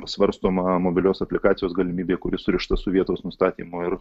svarstoma mobilios aplikacijos galimybė kuri surišta su vietos nustatymo ir